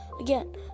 again